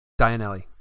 Dianelli